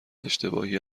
اشتباهی